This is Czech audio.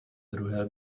druhé